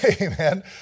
amen